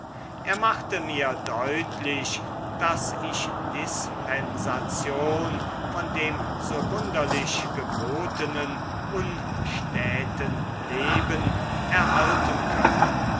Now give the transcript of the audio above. er machte mir deutlich daß ich dispensation von dem so wunderlich gebotenen unstäten leben erhalten könne